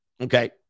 okay